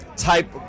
type